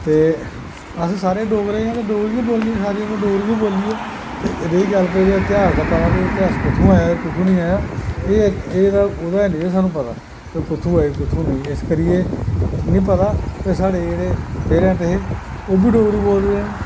अस सारे डोगरें आं ते डोगरी गै बोलनी ते रेही गल्ल तेहास दी पदा भाई तेहा कुत्थूं आया ऐ कुत्थूं नेईं आया स्हानू पता कुत्थूं आया कुत्थूं नेईं साढ़े जे ओ् बी डोगरी बोलदे